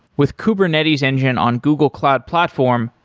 with kubernetes engine on google cloud platform,